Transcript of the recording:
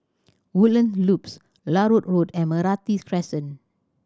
Woodlands Loop Larut Road and Meranti Crescent